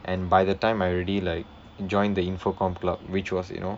and by the time I already like joined the infocomm club which was you know